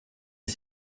est